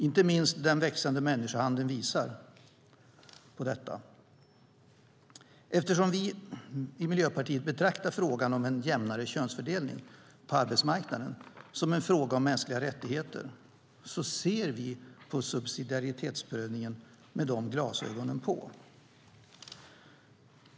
Inte minst den växande människohandeln visar på detta. Eftersom vi i Miljöpartiet betraktar frågan om en jämnare könsfördelning på arbetsmarknaden som en fråga om mänskliga rättigheter ser vi på subsidiaritetsprövningen med de glasögonen på.